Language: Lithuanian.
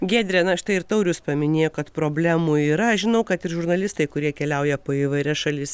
giedre na štai ir taurius paminėjo kad problemų yra žinau kad ir žurnalistai kurie keliauja po įvairias šalis